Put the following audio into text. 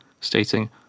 stating